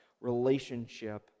relationship